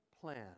plan